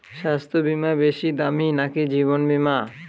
স্বাস্থ্য বীমা বেশী দামী নাকি জীবন বীমা?